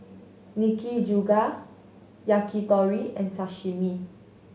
Nikujaga Yakitori and Sashimi